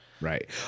Right